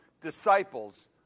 disciples